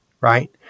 right